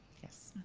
yes,